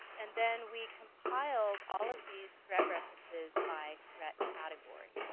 and then, we compiled all of these threat references by threat category,